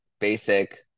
basic